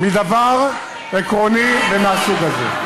איך אתה מעז להשוות, מדבר עקרוני ומהסוג הזה.